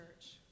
church